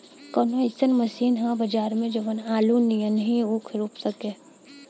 कवनो अइसन मशीन ह बजार में जवन आलू नियनही ऊख रोप सके?